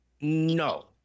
No